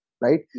right